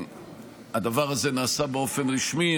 הדבר הזה נעשה באופן רשמי,